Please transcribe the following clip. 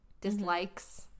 dislikes